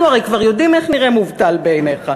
אנחנו הרי כבר יודעים איך נראה מובטל בעיניך,